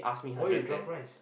why you drop price